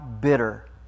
bitter